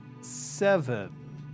seven